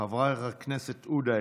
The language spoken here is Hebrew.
חבר הכנסת אוחנה,